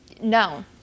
no